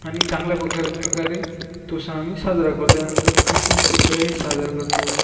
आणि चांगल्याप्रकार प्रकारे तो सण आम्ही साजरा करतो त्यानंतर क्रिसमस वगैरेही साजरा करतो